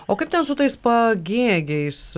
o kaip ten su tais pagėgiais